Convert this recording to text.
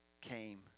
came